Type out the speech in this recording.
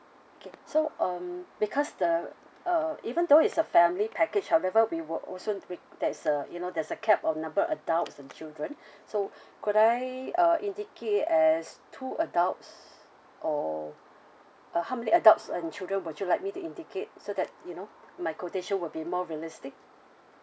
K so um because the uh even though it's a family package however we will also re~ there's a you know there's a cap of number adults and children so could I uh indicate as two adults or uh how many adults and children would you like me to indicate so that you know my quotation will be more realistic